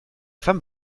femme